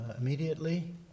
immediately